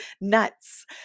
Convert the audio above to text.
nuts